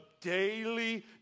daily